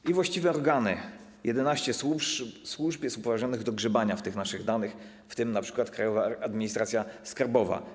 I właściwe organy, 11 służb jest upoważnionych do grzebania w tych naszych danych, w tym np. Krajowa Administracja Skarbowa.